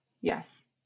Yes